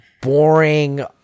boring